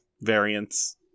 variants